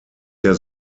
der